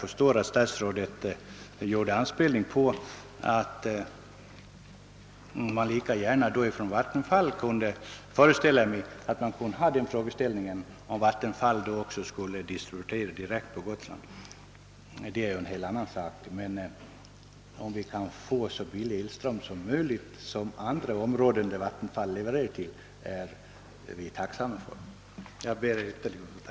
Herr statsrådet erinrade om den möjligheten att Vattenfall skulle kunna distribuera elström direkt på Gotland. Detta är en helt annan sak som jag inte tagit upp i interpellationen. Men vi är tacksamma, om vi kan få lika pris på elström som andra områden dit Vattenfall levererar elkraft.